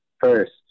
First